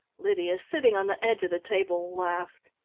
lydia, sitting on the edge of the table, laughed.